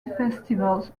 festivals